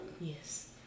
yes